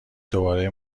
دوباره